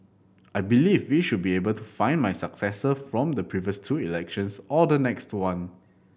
I believe we should be able to find my successor from the previous two elections or the next one